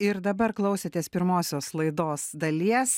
ir dabar klausėtės pirmosios laidos dalies